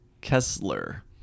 Kessler